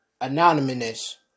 Anonymous